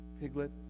Piglet